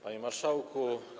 Panie Marszałku!